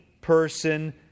person